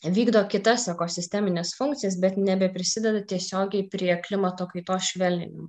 vykdo kitas ekosistemines funkcijas bet nebeprisideda tiesiogiai prie klimato kaitos švelninimo